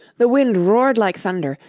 the wind roared like thunder,